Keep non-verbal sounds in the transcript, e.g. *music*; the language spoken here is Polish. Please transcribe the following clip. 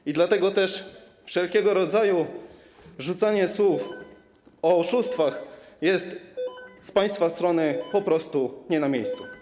I dlatego też wszelkiego rodzaju rzucanie słów o oszustwach *noise* jest z państwa strony po prostu nie na miejscu.